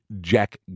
Jack